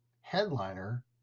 headliner